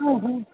ओ हो